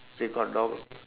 they got lock ah